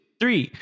three